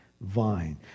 vine